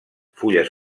fulles